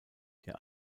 der